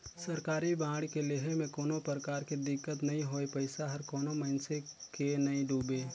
सरकारी बांड के लेहे में कोनो परकार के दिक्कत नई होए पइसा हर कोनो मइनसे के नइ डुबे